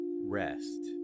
rest